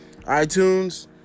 iTunes